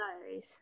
diaries